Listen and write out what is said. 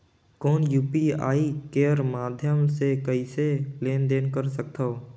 कौन यू.पी.आई कर माध्यम से कइसे लेन देन कर सकथव?